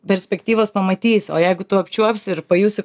perspektyvos pamatysi o jeigu tu apčiuopsi ir pajusi